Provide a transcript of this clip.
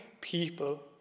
people